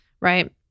right